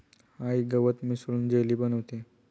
आई गवत मिसळून जेली बनवतेय